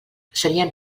serien